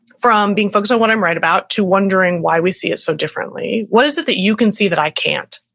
from being focused on what i'm right about, to wondering why we see it so differently. what is it that you can see that i can't?